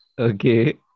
okay